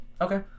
okay